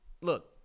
look